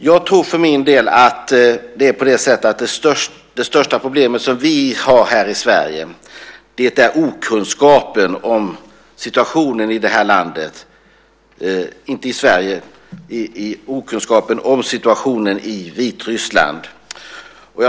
Jag tror för min del att det största problemet som vi har här i Sverige är okunskap om situationen i Vitryssland.